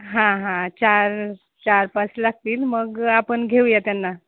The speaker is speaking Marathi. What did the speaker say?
हां हां चार चार पाच लागतील मग आपण घेऊया त्यांना